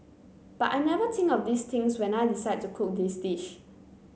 but I never think of these things when I decide to cook this dish